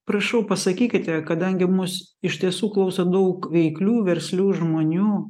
prašau pasakykite kadangi mus iš tiesų klauso daug veiklių verslių žmonių